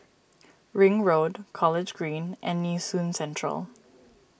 Ring Road College Green and Nee Soon Central